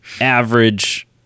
average